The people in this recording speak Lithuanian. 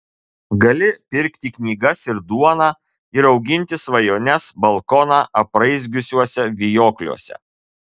gali pirkti knygas ir duoną ir auginti svajones balkoną apraizgiusiuose vijokliuose